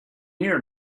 here